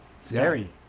Scary